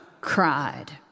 Cried